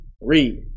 Read